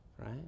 right